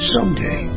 Someday